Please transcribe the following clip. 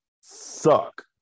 suck